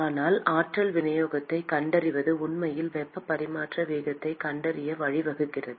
ஆனால் ஆற்றல் விநியோகத்தைக் கண்டறிவது உண்மையில் வெப்பப் பரிமாற்ற வீதத்தைக் கண்டறிய வழிவகுக்கிறது